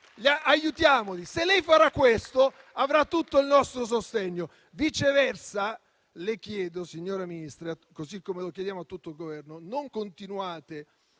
se lei farà questo, avrà tutto il nostro sostegno. Viceversa, le chiedo, signora Ministra, così come lo chiediamo a tutto il Governo, di non continuare